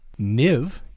Niv